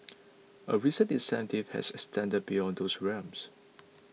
a recent initiative has extended beyond those realms